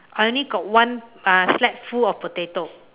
I only got one uh sack full of potato